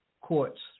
courts